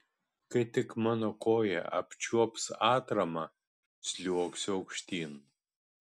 kai tik mano koja apčiuops atramą sliuogsiu aukštyn